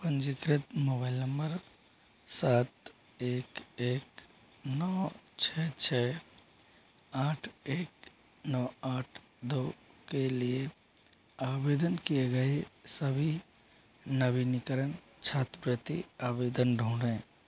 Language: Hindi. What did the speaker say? पंजीकृत मोबाइल नंब र सात एक एक नौ छः छः आठ एक नौ आठ दो के लिए आवेदन किए गए सभी नवीनीकरण छात्रवृत्ति आवेदन ढूँढें